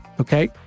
Okay